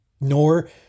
Nor